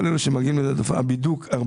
היום, מה שברק עשה היא דמוקרטיה לגמרי.